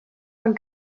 pan